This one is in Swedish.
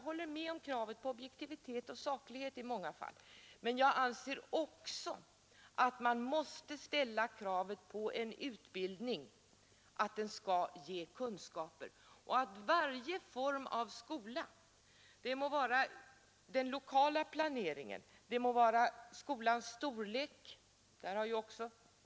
Nr 130 Måndagen den men jag anser också att vi måste ställa kravet att en utbildning skall ge 4 december 1972 kunskaper och att departementet beträffande varje form av skola — det ———— =p-?må gälla den lokala planeringen eller skolans storlek, där departementet Ang.